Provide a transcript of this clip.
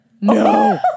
No